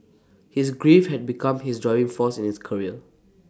his grief had become his driving force in his career